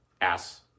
ass